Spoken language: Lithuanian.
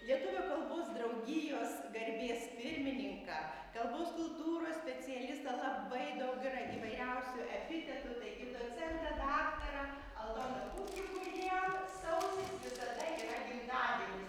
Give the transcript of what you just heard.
lietuvių kalbos draugijos garbės pirmininką kalbos kultūros specialistą labai daug yra įvairiausių epitetų taigi docentą daktarą aldoną pupkį kurie sausis visada yra gimtadienis